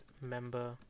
member